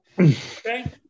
Okay